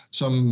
som